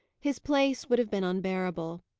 his place would have been unbearable.